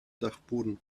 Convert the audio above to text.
dachboden